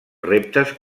reptes